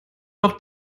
noch